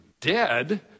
dead